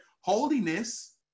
holiness